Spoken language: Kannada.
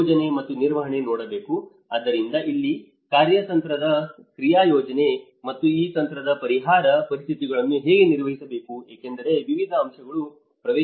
ಯೋಜನೆ ಮತ್ತು ನಿರ್ವಹಣೆ ನೋಡಬೇಕು ಆದ್ದರಿಂದ ಇಲ್ಲಿ ಕಾರ್ಯತಂತ್ರದ ಕ್ರಿಯಾ ಯೋಜನೆ ಮತ್ತು ಈ ತಕ್ಷಣದ ಪರಿಹಾರ ಪರಿಸ್ಥಿತಿಗಳನ್ನು ಹೇಗೆ ನಿರ್ವಹಿಸಬೇಕು ಏಕೆಂದರೆ ವಿವಿಧ ಅಂಶಗಳ ಪ್ರವೇಶವಾಗುತ್ತದೆ